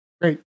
great